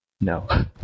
No